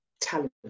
talent